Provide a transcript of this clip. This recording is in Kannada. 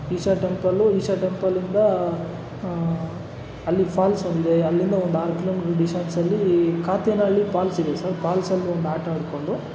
ಈಶ್ವರ ಟೆಂಪಲ್ಲು ಈಶ್ವರ ಟೆಂಪಲಿಂದ ಹಾಂ ಅಲ್ಲಿ ಫಾಲ್ಸೊಂದಿದೆ ಅಲ್ಲಿಂದ ಒಂದು ಆರು ಕಿಲೋಮೀಟ್ರ್ ಡಿಸ್ಟೆನ್ಸಲ್ಲಿ ಕಾತ್ಯೆನಹಳ್ಳಿ ಫಾಲ್ಸಿದೆ ಸರ್ ಫಾಲ್ಸಲ್ಲೊಂದು ಆಟಾಡ್ಕೊಂಡು